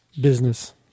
business